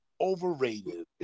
overrated